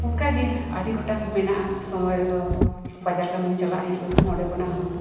ᱚᱱᱠᱟᱜᱮ ᱟᱹᱰᱤ ᱜᱚᱴᱟᱝ ᱢᱮᱱᱟᱜᱼᱟ ᱥᱚᱢᱚᱭ ᱨᱮᱫᱚ ᱵᱟᱡᱟᱨ ᱠᱟᱹᱢᱤᱦᱚᱸ ᱪᱟᱞᱟᱜ ᱦᱩᱭᱩᱜᱼᱟ ᱚᱸᱰᱮ ᱠᱷᱚᱱᱟᱜ ᱦᱚᱸ